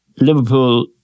Liverpool